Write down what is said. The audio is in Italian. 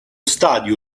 stadio